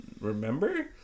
remember